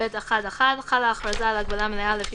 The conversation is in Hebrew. אחרי סעיף קטן (ב) יבוא: "(ב1)(1) חלה הכרזה על הגבלה מלאה לפי